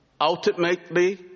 ultimately